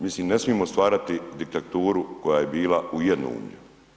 Mi si ne smijemo stvarati diktaturu koja je bila u jednoumlju.